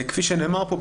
כפי שנאמר פה,